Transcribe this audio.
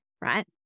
right